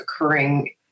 occurring